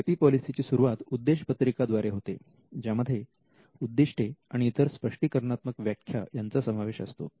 I P policy ची सुरुवात उद्देशपत्रिका द्वारे होते ज्यामध्ये उद्दिष्टे आणि इतर स्पष्टीकरणात्मक व्याख्या यांचा समावेश असतो